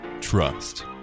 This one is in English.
trust